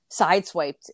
sideswiped